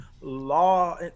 Law